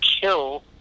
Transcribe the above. kill